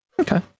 okay